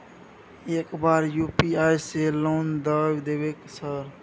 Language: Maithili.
एक बार यु.पी.आई से लोन द देवे सर?